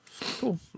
Cool